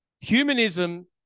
Humanism